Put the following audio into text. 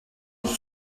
une